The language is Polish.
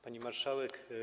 Pani Marszałek!